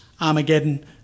Armageddon